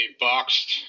boxed